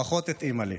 פחות התאימה לי.